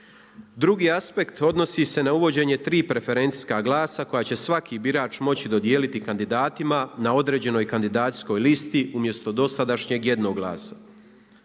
Drugi aspekt odnosi se na uvođenje tri preferencijska glasa koja će svaki birač moći dodijeliti kandidatima na određenoj kandidacijskoj listi umjesto dosadašnjeg jednog glasa.